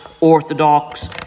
Orthodox